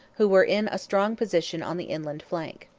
who were in a strong position on the inland flank.